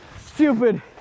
stupid